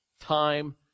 time